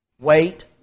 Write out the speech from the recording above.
Wait